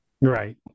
Right